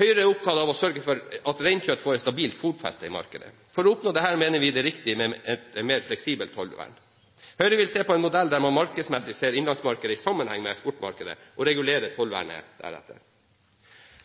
Høyre er opptatt av å sørge for at reinkjøtt får et stabilt fotfeste i markedet. For å oppnå det mener vi det er riktig med et mer fleksibelt tollvern. Høyre vil se på en modell der man markedsmessig ser innlandsmarkedet i sammenheng med eksportmarkedet og regulerer tollvernet deretter.